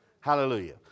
Hallelujah